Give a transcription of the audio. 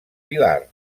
vilar